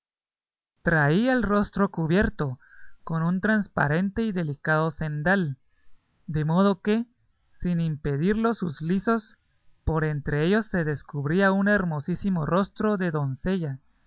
traía el rostro cubierto con un transparente y delicado cendal de modo que sin impedirlo sus lizos por entre ellos se descubría un hermosísimo rostro de doncella